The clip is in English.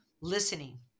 listening